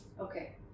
Okay